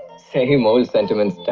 same old sentiments,